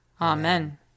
Amen